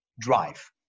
drive